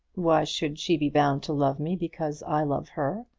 why should she be bound to love me because i love her?